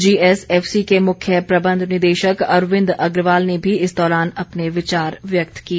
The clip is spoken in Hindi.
जीएसएफसी के मुख्य प्रबंध निदेशक अरविंद अग्रवाल ने भी इस दौरान अपने विचार व्यक्त किए